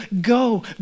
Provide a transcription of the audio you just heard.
go